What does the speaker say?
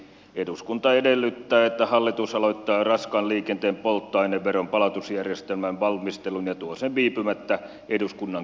eduskunta edellyttää että hallitus aloittaa raskaan liikenteen polttoaineveron palautusjärjestelmän valmistelun ja tuo sen viipymättä eduskunnan käsiteltäväksi